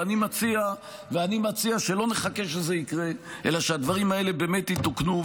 ואני מציע שלא נחכה שזה יקרה אלא שהדברים האלה באמת יתוקנו.